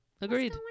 agreed